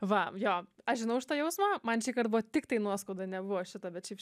va jo aš žinau šitą jausmą man šįkart buvo tiktai nuoskauda nebuvo šito bet šiaip